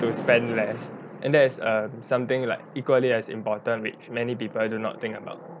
to spend less and that is err something like equally as important which many people do not think about